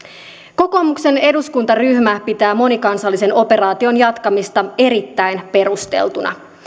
kokoomuksen eduskuntaryhmä pitää monikansallisen operaation jatkamista erittäin perusteltuna